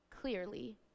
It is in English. clearly